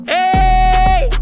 Hey